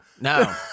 No